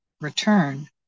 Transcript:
return